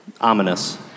ominous